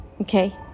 Okay